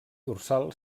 dorsal